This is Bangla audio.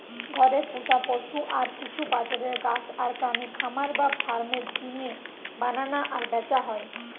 ঘরে পুশা পশু আর কিছু বাজারের গাছ আর প্রাণী খামার বা ফার্ম এর জিনে বানানা আর ব্যাচা হয়